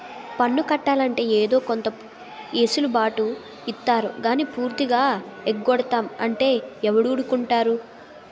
పన్ను కట్టాలంటే ఏదో కొంత ఎసులు బాటు ఇత్తారు గానీ పూర్తిగా ఎగ్గొడతాం అంటే ఎవడూరుకుంటాడు